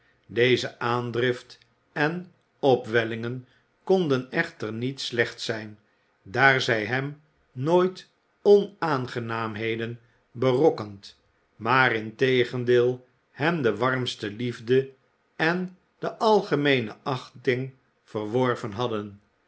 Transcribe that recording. deze aandrift en opwellingen konden echter niet slecht zijn daar zij hem nooit onaangenaamheden berokkend maar integendeel hem de warmste liefde en de algemeene achting verworven hadden